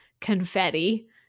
confetti